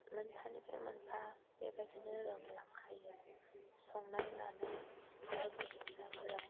मोनफानिफ्राय मोनफा बेबायदिनो रोंलांखायो संनाय मानाय बायदिसिनाफोराव